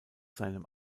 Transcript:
seinem